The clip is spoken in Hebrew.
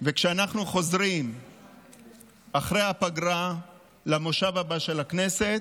וכשאנחנו חוזרים אחרי הפגרה למושב הבא של הכנסת,